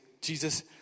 Jesus